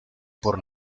por